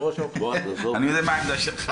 אם אני הייתי מנהל את המשא-ומתן --- אני יודע מה העמדה שלך.